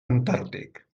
antàrtic